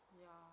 ya